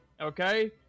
okay